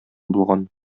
булган